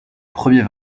premier